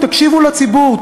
תקשיבו לציבור,